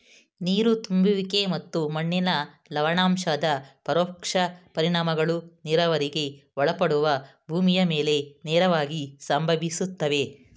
ನೀರು ತುಂಬುವಿಕೆ ಮತ್ತು ಮಣ್ಣಿನ ಲವಣಾಂಶದ ಪರೋಕ್ಷ ಪರಿಣಾಮಗಳು ನೀರಾವರಿಗೆ ಒಳಪಡುವ ಭೂಮಿಯ ಮೇಲೆ ನೇರವಾಗಿ ಸಂಭವಿಸ್ತವೆ